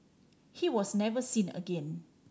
he was never seen again